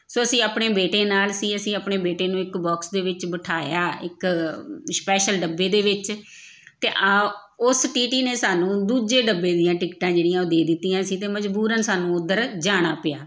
ਸੋ ਅਸੀਂ ਆਪਣੇ ਬੇਟੇ ਨਾਲ ਸੀ ਅਸੀਂ ਆਪਣੇ ਬੇਟੇ ਨੂੰ ਇੱਕ ਬਾਕਸ ਦੇ ਵਿੱਚ ਬਿਠਾਇਆ ਇੱਕ ਸ਼ਪੈਸ਼ਲ ਡੱਬੇ ਦੇ ਵਿੱਚ ਅਤੇ ਆ ਉਸ ਟੀ ਟੀ ਨੇ ਸਾਨੂੰ ਦੂਜੇ ਡੱਬੇ ਦੀਆਂ ਟਿਕਟਾਂ ਜਿਹੜੀਆਂ ਉਹ ਦੇ ਦਿੱਤੀਆਂ ਸੀ ਅਤੇ ਮਜਬੂਰਨ ਸਾਨੂੰ ਉੱਧਰ ਜਾਣਾ ਪਿਆ